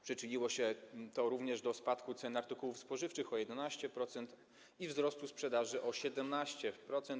Przyczyniło się to również do spadku cen artykułów spożywczych o 11% i wzrostu sprzedaży o 17%.